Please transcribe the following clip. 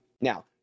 Now